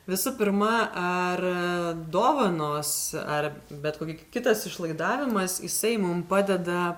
visų pirma ar dovanos ar bet koki kitas išlaidavimas jisai mum padeda